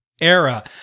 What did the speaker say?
era